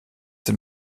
dem